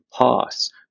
pass